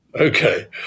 Okay